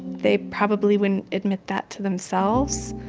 they probably wouldn't admit that to themselves.